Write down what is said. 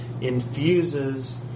infuses